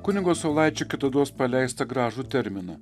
kunigo saulaičio kitados paleistą gražų terminą